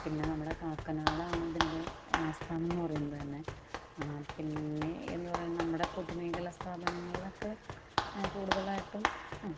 പിന്നെ നമ്മുടെ കാക്കാനാടാണ് ഇതിന്റെ ആസ്ഥാനം എന്ന് പറയുന്നത് തന്നെ പിന്നെ എന്ന് പറയുന്നത് നമ്മുടെ പൊതുമേഖല സ്ഥാപനങ്ങളിലൊക്കെ കൂടുതലായിട്ടും അ